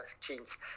jeans